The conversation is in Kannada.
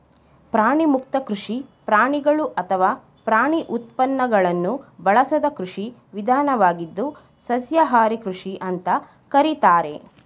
ಪ್ರಾಣಿಮುಕ್ತ ಕೃಷಿ ಪ್ರಾಣಿಗಳು ಅಥವಾ ಪ್ರಾಣಿ ಉತ್ಪನ್ನಗಳನ್ನು ಬಳಸದ ಕೃಷಿ ವಿಧಾನವಾಗಿದ್ದು ಸಸ್ಯಾಹಾರಿ ಕೃಷಿ ಅಂತ ಕರೀತಾರೆ